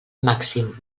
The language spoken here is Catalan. màxim